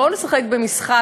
בואו נשחק משחק,